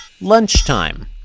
Lunchtime